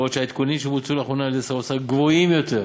בעוד העדכונים שבוצעו לאחרונה על-ידי שר האוצר גבוהים יותר.